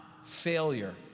Failure